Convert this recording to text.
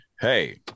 Hey